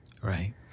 Right